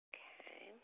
Okay